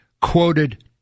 quoted